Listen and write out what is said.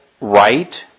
right